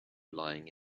lying